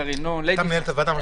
אתה מנהל את הוועדה?